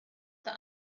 that